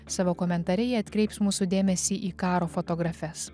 savo komentare ji atkreips mūsų dėmesį į karo fotografes